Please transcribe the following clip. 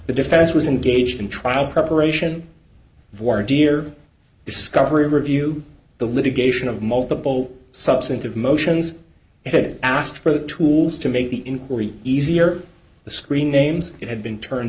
the defense was engaged in trial preparation for deer discovery review the litigation of multiple substantive motions and it asked for the tools to make the inquiry easier the screen names that had been turned